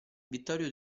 vittorio